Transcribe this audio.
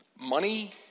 money